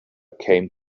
came